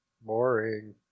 Boring